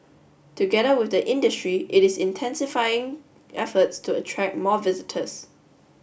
together with the industry it is intensifying efforts to attract more visitors